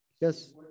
yes